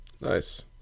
Nice